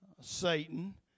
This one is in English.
Satan